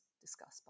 discussed